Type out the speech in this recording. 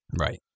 Right